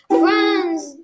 Friends